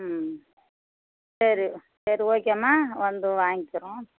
ம் சரி சரி ஓகேம்மா வந்து வாங்கிக்கிறோம்